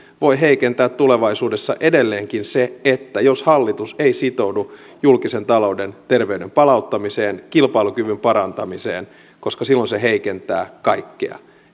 voi heikentää tulevaisuudessa edelleenkin se jos hallitus ei sitoudu julkisen talouden terveyden palauttamiseen kilpailukyvyn parantamiseen koska silloin se heikentää kaikkea